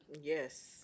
Yes